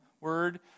word